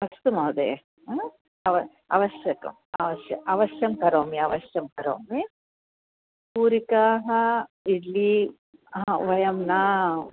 अस्तु महोदये अव आवश्यकम् अवश्यम् अवश्यं करोमि अवश्यं करोमि पूरिकाः इड्लि हा वयं न